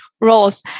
roles